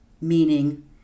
meaning